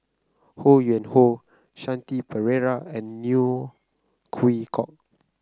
Ho Yuen Hoe Shanti Pereira and Neo Chwee Kok